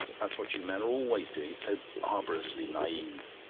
that's what you men are always doing it's so barbarously naive.